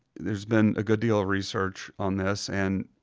there's been a good deal of research on this, and